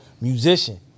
musician